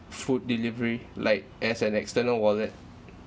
food delivery like as an external wallet